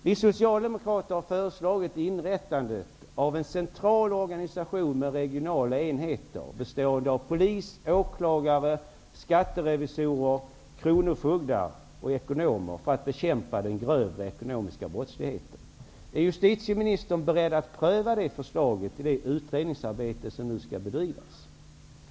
Vi socialdemokrater har föreslagit inrättandet av en central organisation med regionala enheter bestående av polis, åklagare, skatterevisorer, kronofogdar och ekonomer för att bekämpa den grövre ekonomiska brottsligheten. Min första fråga är om justitieministern är beredd att pröva det förslaget i det utredningsarbete som nu skall bedrivas.